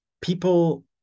people